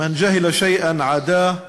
להלן תרגומם הסימולטני לעברית: